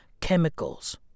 chemicals